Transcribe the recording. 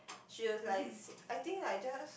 she was like I think like just